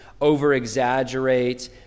over-exaggerate